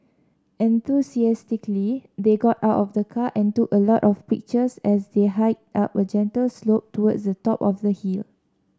enthusiastically they got out of the car and took a lot of pictures as they hiked up a gentle slope towards the top of the hill